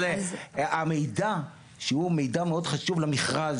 אבל המידע שהוא מידע מאוד חשוב למכרז